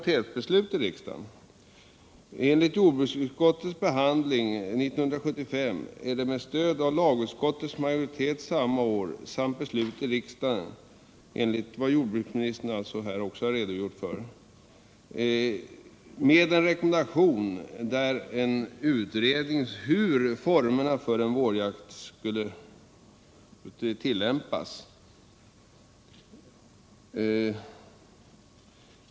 Jag tänker då på jordbruksutskottets betänkande 1975/76:26, där det med stöd av lagutskottets majoritet samt beslut i riksdagen i enlighet med utskottets förslag samma år rekommenderades en särskild utredning om hur vårjakten skall utformas.